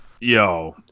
Yo